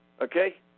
Okay